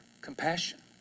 compassion